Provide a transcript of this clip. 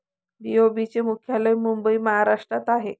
BOB चे मुख्यालय मुंबई महाराष्ट्रात आहे